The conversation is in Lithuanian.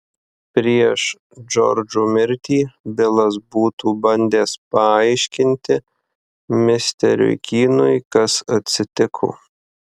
prieš džordžo mirtį bilas būtų bandęs paaiškinti misteriui kynui kas atsitiko